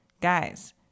guys